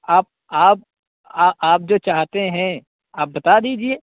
آپ آپ آ آپ جو چاہتے ہیں آپ بتا دیجیے